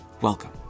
Welcome